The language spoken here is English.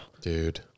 dude